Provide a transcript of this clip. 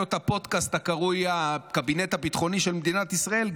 הפודקאסט הקרוי הקבינט הביטחוני של מדינת ישראל,